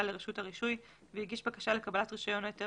לרשות הרישוי והגיש בקשה לקבלת רישיון או היתר